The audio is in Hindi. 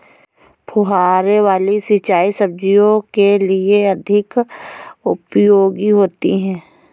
फुहारे वाली सिंचाई सब्जियों के लिए अधिक उपयोगी होती है?